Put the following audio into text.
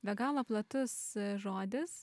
be galo platus žodis